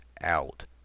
out